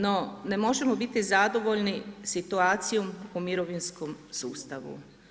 No, ne možemo biti zadovoljni situacijom u mirovinskom sustavu.